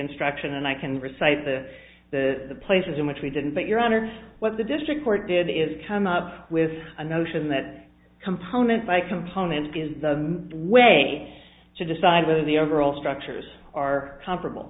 instruction and i can recite the places in which we didn't but your honor what the district court did is come up with a notion that component by component is the way to decide whether the overall structures are comparable